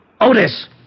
Otis